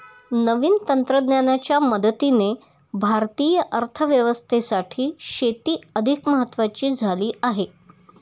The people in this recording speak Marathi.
नवीन तंत्रज्ञानाच्या मदतीने भारतीय अर्थव्यवस्थेसाठी शेती अधिक महत्वाची झाली आहे